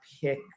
pick